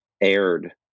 aired